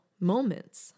moments